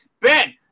Ben